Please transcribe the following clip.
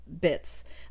bits